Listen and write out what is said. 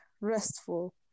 restful